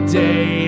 day